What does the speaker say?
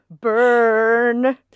Burn